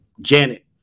janet